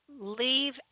leave